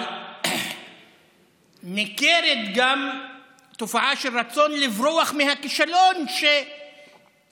אבל ניכרת גם תופעה של רצון לברוח מהכישלון שניבט